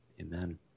Amen